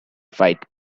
fight